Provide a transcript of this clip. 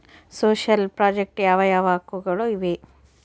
Social project ಯಾವ ಯಾವ ಹಕ್ಕುಗಳು ಇವೆ?